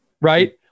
right